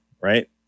right